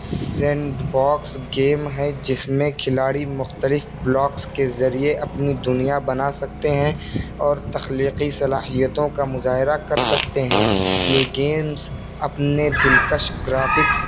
send box game ہے جس میں کھلاڑی مختلف بلاکس کے ذریعے اپنی دنیا بنا سکتے ہیں اور تخلیقی صلاحیتوں کا مظاہرہ کر سکتے ہیں یہ گیمس اپنے دلکش گرافکس